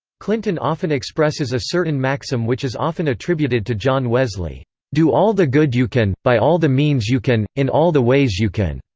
clinton often expresses a certain maxim which is often attributed to john wesley do all the good you can, by all the means you can, in all the ways you can.